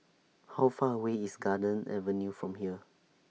How Far away IS Garden Avenue from here